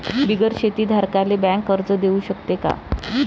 बिगर शेती धारकाले बँक कर्ज देऊ शकते का?